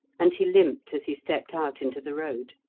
and he limped as he stepped out into the road.